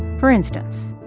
for instance,